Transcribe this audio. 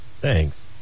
Thanks